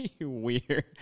weird